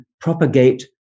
propagate